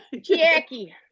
Jackie